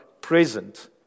present